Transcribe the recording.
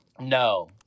No